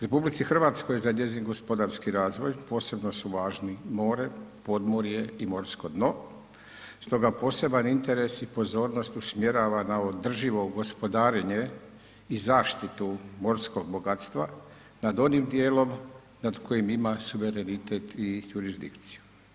RH za njezin gospodarski razvoj posebno su važni more, podmorje i morsko dno, stoga poseban interes i pozornost usmjerava na održivo gospodarenje i zaštitu morskog bogatstva nad onim dijelom nad kojim ima suverenitet i jurisdikciju.